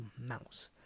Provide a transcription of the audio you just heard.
mouse